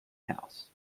house